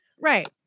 Right